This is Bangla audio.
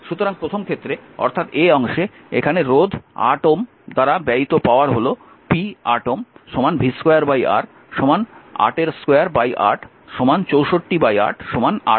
সুতরাং প্রথম ক্ষেত্রে অর্থাৎ অংশে এখানে রোধ 8 Ω দ্বারা ব্যয়িত পাওয়ার হল p8Ω v2R 28 64 8 8 ওয়াট